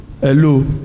Hello